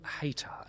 hater